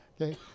Okay